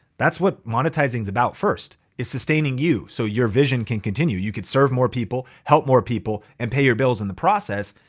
that's what monetizing is about first. is sustaining you so your vision can continue, you could serve more people, help more people, and pay your bills in the process.